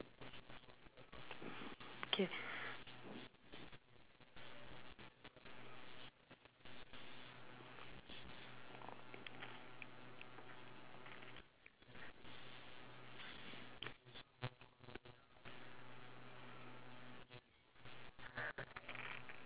K